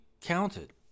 counted